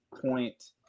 point